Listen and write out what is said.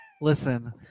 listen